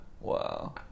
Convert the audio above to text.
Wow